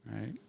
Right